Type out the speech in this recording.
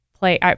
play